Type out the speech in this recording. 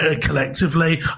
collectively